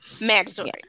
Mandatory